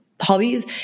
hobbies